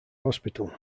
hospital